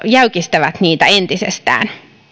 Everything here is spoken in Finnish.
jäykistävät niitä entisestään